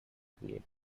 create